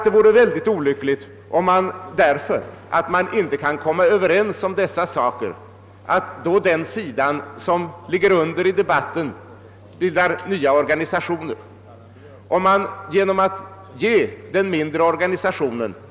Det vore mycket olyckligt om den sida, som ligger under i debatten, när det inte går att komma överens bildade en ny organisation.